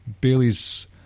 Bailey's